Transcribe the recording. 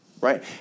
right